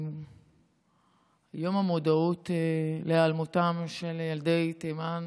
יום המודעות להיעלמותם של ילדי תימן,